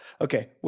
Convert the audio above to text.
Okay